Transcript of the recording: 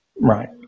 Right